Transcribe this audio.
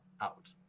out